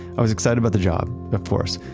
i was excited about the job, of course,